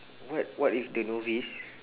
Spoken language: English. what what if they novice